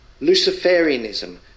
Luciferianism